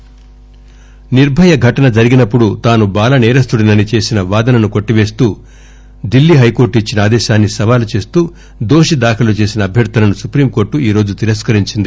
నిర్భయ నిర్భయ ఘటన జరిగినప్పుడు తాను బాల సేరస్తుడినని చేసిన వాదనను కొట్టివేస్తూ ఢిల్లీ హైకోర్టు ఇచ్చిన ఆదేశాన్ని సవాలు చేస్తూ దోషి దాఖలు చేసిన అభ్యర్ధనను సుప్రీంకోర్టు ఈరోజు తిరస్కరించింది